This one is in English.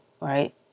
right